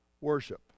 worship